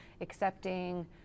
accepting